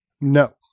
No